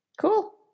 Cool